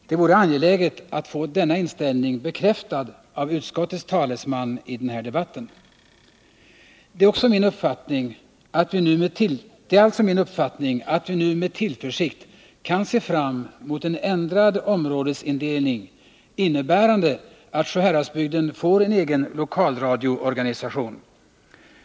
Det vore angeläget att få denna inställning bekräftad av utskottets talesman i den här debatten. Det är alltså min uppfattning att vi nu med tillförsikt kan se fram mot en ändrad områdesindelning, innebärande att Sjuhäradsbygden får en egen lokalradioorganisation.